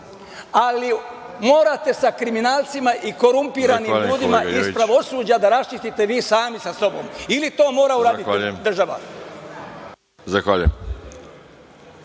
ali morate sa kriminalcima i korumpiranim ljudima iz pravosuđa da raščistite, vi sami sa sobom ili to mora uraditi država.